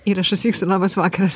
įrašas vyksta labas vakaras